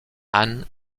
ann